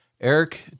Eric